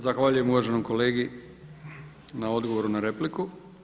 Zahvaljujem uvaženom kolegi na odgovoru na repliku.